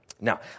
Now